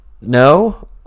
No